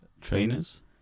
Trainers